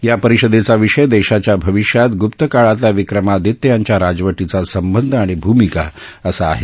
या परिषदेचा विषय देशाच्या भविष्यात ग्प्त काळातल्या विक्रमादित्य यांच्या राजवटीचा संबंध आणि भूमिका असा आहे